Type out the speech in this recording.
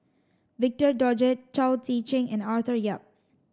victor Doggett Chao Tzee Cheng and Arthur Yap